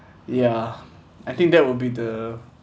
ya I think that would be the